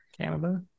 Canada